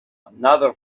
another